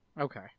Okay